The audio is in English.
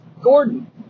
Gordon